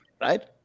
right